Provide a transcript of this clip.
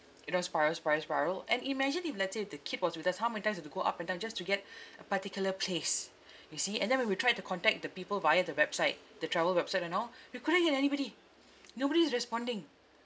you know spiral spiral spiral and imagine if let's say if the kid was with us how many times have to go up and down just to get a particular place you see and then when we tried to contact the people via the website the travel website and all we couldn't get anybody nobody is responding